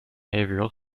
behavioral